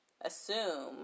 assume